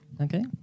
Okay